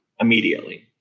immediately